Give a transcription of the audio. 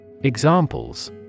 Examples